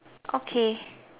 okay